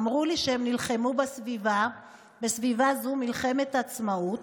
אמרו לי שהם נלחמו בסביבה זו מלחמת עצמאות